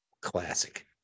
Classic